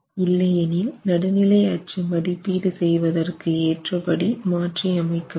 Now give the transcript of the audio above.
இல்லை எனில் நடுநிலையச்சு மதிப்பீடு செய்வதற்கு ஏற்ற படி மாற்றி அமைக்க வேண்டும்